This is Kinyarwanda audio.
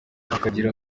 akagira